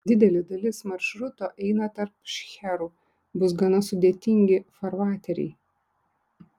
didelė dalis maršruto eina tarp šcherų bus gana sudėtingi farvateriai